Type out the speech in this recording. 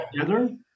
together